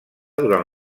durant